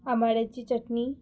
आमाड्याची चटनी